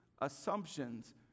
assumptions